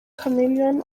chameleone